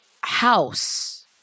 house